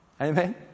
Amen